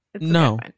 no